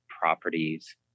properties